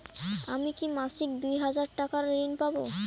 আমি কি মাসিক দুই হাজার টাকার ঋণ পাব?